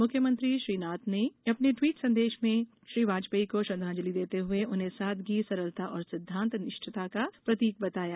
मुख्यमंत्री श्री नाथ ने अपने ट्वीट संदेश में श्री वाजपेयी को श्रद्दाजलि देते हुए उन्हें सादगी सरलता और सिद्धांत निष्ठता का प्रतीक बताया